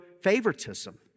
favoritism